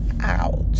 out